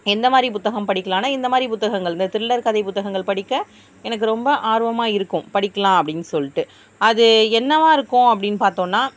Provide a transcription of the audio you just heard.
எந்த மாதிரி புத்தகம் படிக்கலாம்னா இந்த மாதிரி புத்தகங்கள் இந்த திரில்லர் கதை புத்தகங்கள் படிக்க எனக்கு ரொம்ப ஆர்வமாக இருக்கும் படிக்கலாம் அப்படினு சொல்லிட்டு அது என்னவாக இருக்கும் அப்படினு பார்த்தோம்னா